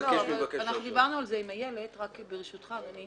דיברנו על זה עם איילת לוי-נחום.